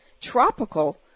tropical